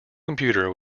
computer